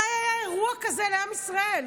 מתי היה אירוע כזה לעם ישראל?